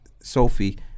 Sophie